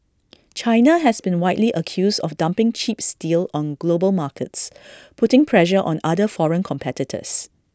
China has been widely accused of dumping cheap steel on global markets putting pressure on other foreign competitors